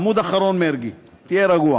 עמוד אחרון, מרגי, תהיה רגוע.